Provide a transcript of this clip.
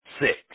six